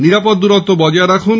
নিরাপদ দূরত্ব বজায় রাখুন